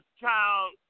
child